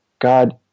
God